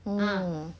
orh